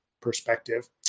perspective